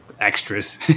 extras